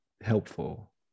helpful